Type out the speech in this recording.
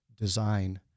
design